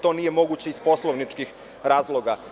To nije moguće iz poslovničkih razloga.